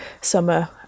summer